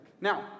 Now